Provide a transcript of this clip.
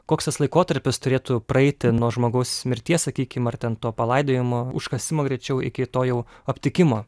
koks tas laikotarpis turėtų praeiti nuo žmogaus mirties sakykim ar ten to palaidojimo užkasimo greičiau iki to jau aptikimo